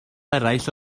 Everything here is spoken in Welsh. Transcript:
eraill